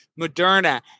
Moderna